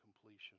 completion